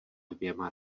dvěma